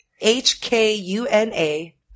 H-K-U-N-A